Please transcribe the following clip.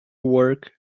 work